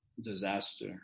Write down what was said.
disaster